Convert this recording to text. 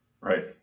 Right